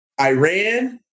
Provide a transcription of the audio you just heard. Iran